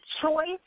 Choice